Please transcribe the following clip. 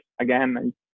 Again